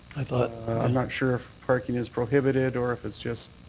i'm not sure if parking is prohibited or if it's just